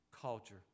culture